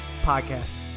Podcast